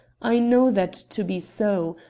i know that to be so.